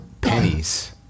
pennies